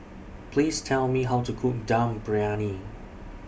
Please Tell Me How to Cook Dum Briyani